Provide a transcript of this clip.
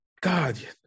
God